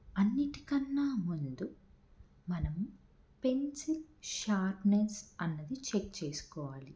అన్నిటికన్నా ముందు మనం పెన్సిల్ షార్ప్నర్స్ అన్నది చెక్ చేసుకోవాలి